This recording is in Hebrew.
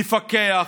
נפקח,